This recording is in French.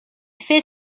fait